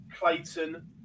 Clayton